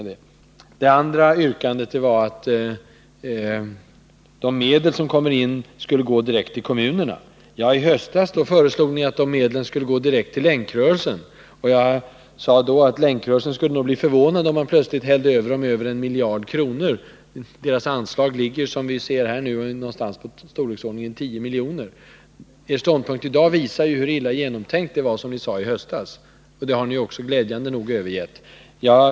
Det andra yrkandet gällde att de medel som man får in genom alkoholskatten skulle gå direkt till kommunerna. I höstas föreslog ni att medlen skulle gå direkt till Länkrörelsen. Jag sade då att Länkrörelsen nog skulle bli förvånad, om staten plötsligt hällde över den mer än 1 miljard kronor — dess anslag ligger ju på omkring 10 miljoner. Den ståndpunkt ni framför i dag visar hur illa genomtänkta era förslag var i höstas, men ni har ju glädjande nog övergett dem.